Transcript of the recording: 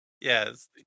Yes